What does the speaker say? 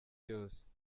yose